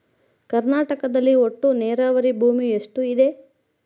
ಕರ್ನಾಟಕದಲ್ಲಿ ಒಟ್ಟು ನೇರಾವರಿ ಭೂಮಿ ಎಷ್ಟು ಇದೆ?